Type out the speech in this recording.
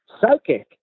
psychic